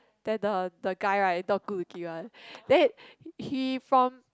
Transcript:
then the the guy right not good looking one then he from